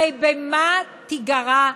הרי במה תיגרע השבת?